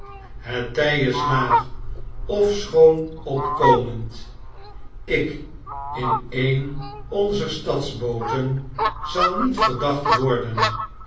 het tfl is laag ofschoon opkomend ik in een onzer stadsbooten zal niet verdacht worden